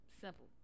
Simple